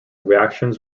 reactions